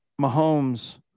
Mahomes